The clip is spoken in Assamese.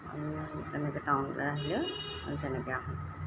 তেনেকৈ টাউনলৈ আহিলেও আমি তেনেকৈ আহোঁ